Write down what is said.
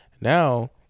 now